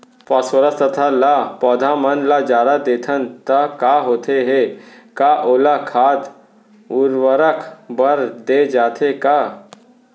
Phosphorus तथा ल पौधा मन ल जादा देथन त का होथे हे, का ओला खाद उर्वरक बर दे जाथे का?